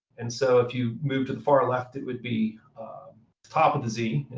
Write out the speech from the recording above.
and so if you move to the far left, it would be top of the z,